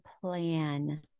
plan